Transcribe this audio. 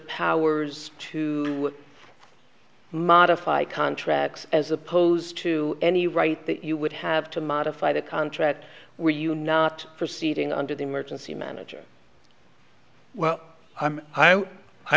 powers to modify contracts as opposed to any right that you would have to modify the contract were you not proceeding under the emergency manager well i